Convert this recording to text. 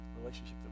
relationship